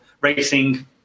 racing